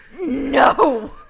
No